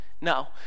no